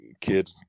kid